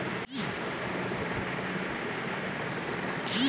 सब पादप कोशिका हार्मोन के जन्म देवेला